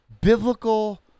biblical